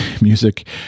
music